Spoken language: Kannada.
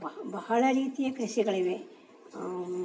ಬ ಬಹಳ ರೀತಿಯ ಕೃಷಿಗಳಿವೆ